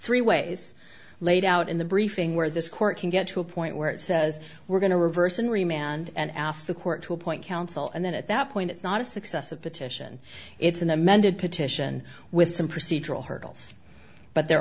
three ways laid out in the briefing where this court can get to a point where it says we're going to reverse an re manned and ask the court to appoint counsel and then at that point it's not a successive petition it's an amended petition with some procedural hurdles but they're